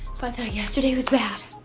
but that yesterday was bad